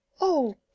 Oh